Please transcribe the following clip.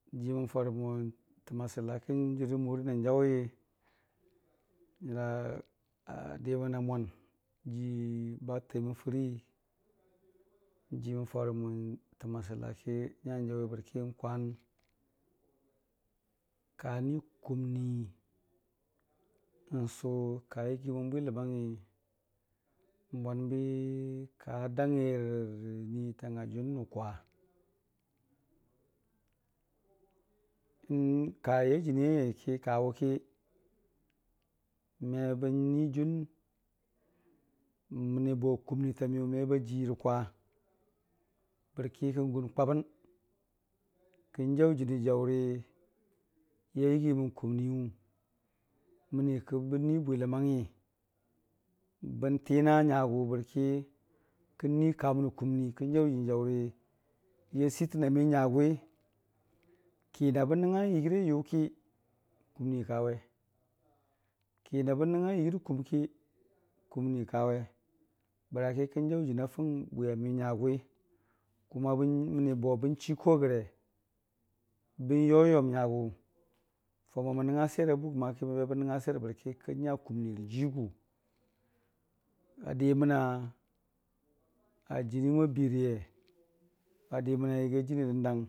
Jii mən farə mo n'jɨr rə sila rə morii kən jaʊwi na diməna mwa jii ba taimə fɨrii, jiimən farəmo təm a asiula ki n'nya n'jaʊwi bərki n'kwan, ka ni kum nii, n'sʊ, ka yəgimən bwiləmang ngi, n'banbi, ka dangngi rərə niitang a jʊnrə kwa kayai jənii yaiyəki kawʊki mebən nuii jʊn məni bo kuum nii tamiyʊ meta jiirə kwa bərkikən gun kwabən kən jaʊ jənii jaʊri ya yəgiimən kuuniiyu mənii bo kən nuii bwiləmangngi bən tina nyagʊ bərki kən nuii ka mənə kuumnii kən jaʊ jə nii jaʊri ya siitəna miyʊ nyagʊ wiki na bən nəngnga yəgiirə yʊki kuumnii kawe, ki na bən nəngnga yəgiirə rə kuumki kuumnii kawe bəraki kən jaʊ jəna fʊm bwiyamiyʊ nyagʊwi məniibo bən chii ko rəge, bən yoyom nyagʊ, mə faʊmo mən nəngnga swer a buykki bən nəngnga swer bərki kən nya kuumnii rə jiigu. A dimən a jənii n'bərɨ mo biiriiye, adiməng yagi jənii dəndang.